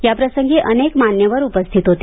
याप्रसंगी अनेक मान्यवर उपस्थित होते